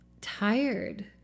tired